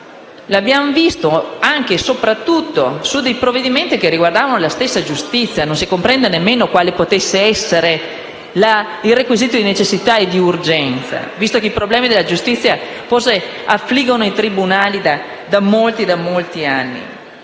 l'abbiamo visto anche e soprattutto sui provvedimenti che riguardavano la giustizia, di cui non si comprende nemmeno quale potesse essere il requisito di necessità e urgenza, visto che i problemi della giustizia affliggono i tribunali da molti anni.